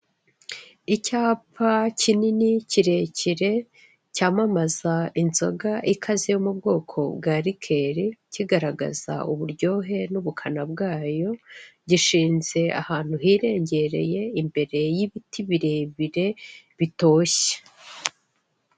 Icyapa kinini kirekire cyamamza inzoga ikaze yo mu bwoko bwa rikeri, kigaragaza uburyohe n'ubukana bwayo. Gishinze ahantu hirengereye imbere y'ibiti birebire bitoshye.